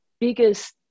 biggest